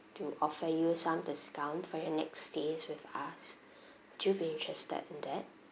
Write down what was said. to offer you some discount for your next stays with us would you be interested in that